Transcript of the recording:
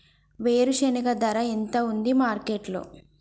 వేరుశెనగ ధర ఎంత ఉంది మార్కెట్ లో?